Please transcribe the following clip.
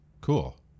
Cool